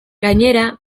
gainera